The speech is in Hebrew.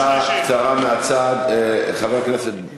הבעת עמדה קצרה מהצד, חבר הכנסת איתן